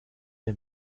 der